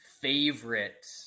favorite